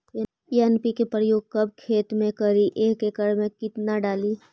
NPK प्रयोग कब खेत मे करि एक एकड़ मे कितना डाली?